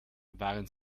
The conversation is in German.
waren